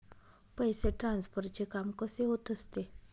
पैसे ट्रान्सफरचे काम कसे होत असते?